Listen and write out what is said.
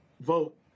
vote